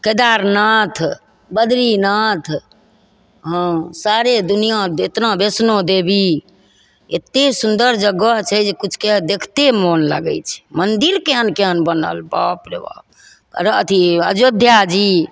केदारनाथ बदरीनाथ हाँ सारे दुनिआँ एतना वैष्णो देवी एतेक सुन्दर जगह छै जे किछु कहि देखिते मोन लागै छै मन्दिर केहन केहन बनल बाप रे बाप कर अथी अयोध्याजी